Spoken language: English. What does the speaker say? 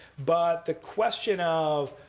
but the question of